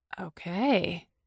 Okay